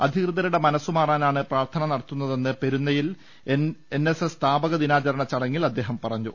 അധികൃതരുടെ മനസ്സുമാറാനാണ് പ്രർത്ഥന നടത്തുന്നതെന്ന് പെരുന്നയിൽ എൻ എസ് എസ് പതാ കദിനാചരണ ചടങ്ങിൽ അദ്ദേഹം പറഞ്ഞു